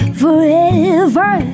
forever